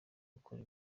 gukora